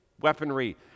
weaponry